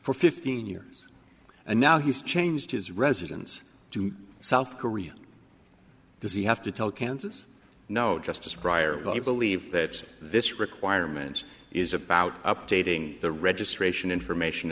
for fifteen years and now he's changed his residence to south korea does he have to tell kansas no justice prior to believe that this requirement is about updating the registration information